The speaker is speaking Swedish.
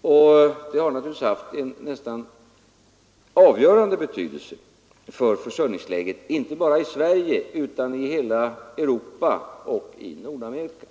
och det har naturligtvis haft en nästan avgörande betydelse för försörjningsläget inte bara i Sverige utan i hela Europa och Nordamerika.